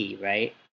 right